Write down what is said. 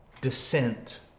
descent